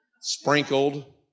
sprinkled